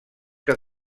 que